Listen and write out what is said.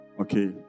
Okay